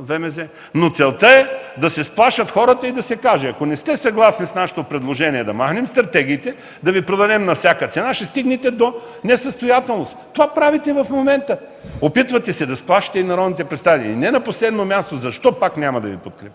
ВМЗ, но целта е да се изплашат хората и да се каже: „Ако не сте съгласни с нашето предложение да махнем стратегиите, да Ви продадем на всяка цена, ще стигнете до несъстоятелност”. Това правите в момента – опитвате се да сплашите и народните представители. И не на последно място – защо пак няма да Ви подкрепя,